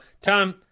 Tom